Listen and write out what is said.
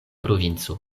provinco